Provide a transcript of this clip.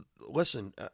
listen